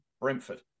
Brentford